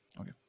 Okay